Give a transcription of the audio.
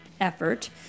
effort